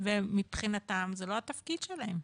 ומבחינתם זה לא התפקיד שלהם.